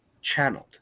channeled